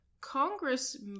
Congress